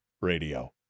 Radio